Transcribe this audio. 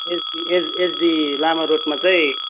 HD HD Lama रोडमा चाहिँ